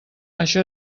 això